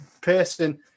person